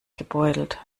gebeutelt